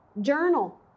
Journal